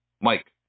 Mike